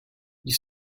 ils